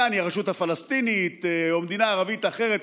יעני הרשות הפלסטינית או מדינה ערבית אחרת,